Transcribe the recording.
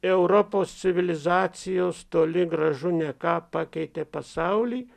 europos civilizacijos toli gražu ne ką pakeitė pasauly